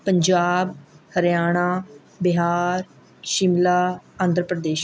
Punjab Haryana Bihar Shimla Andhra Pradesh